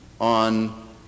on